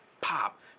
pop